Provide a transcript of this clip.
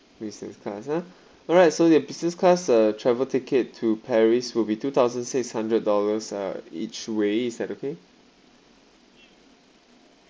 business class ah alright so the business class uh travel tickets to paris will be two thousand six hundred dollars uh each way is that okay